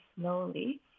slowly